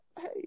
Hey